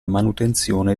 manutenzione